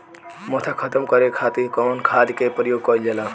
मोथा खत्म करे खातीर कउन खाद के प्रयोग कइल जाला?